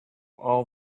all